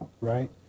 right